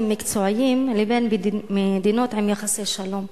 מקצועיים לבין מדינות עם יחסי שלום.